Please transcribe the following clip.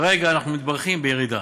כרגע אנחנו מתברכים בירידה.